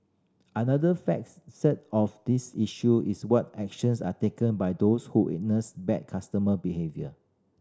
another of this issue is what actions are taken by those who witness bad customer behaviour